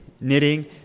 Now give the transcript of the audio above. knitting